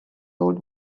old